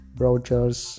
brochures